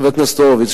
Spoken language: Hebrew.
חבר הכנסת הורוביץ,